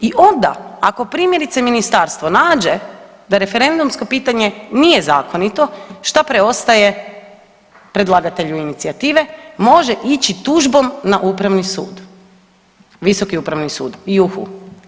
I onda ako primjerice ministarstvo nađe da referendumsko pitanje nije zakonito šta preostaje predlagatelju inicijative, može ići tužbom na Upravni sud, Visoki upravni sud, ju hu.